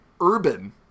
Urban